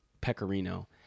pecorino